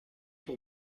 pour